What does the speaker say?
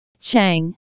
Chang